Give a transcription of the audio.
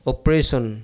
Operation